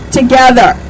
together